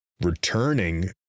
returning